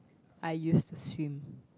I used to swim